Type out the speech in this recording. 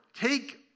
take